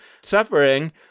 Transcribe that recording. suffering—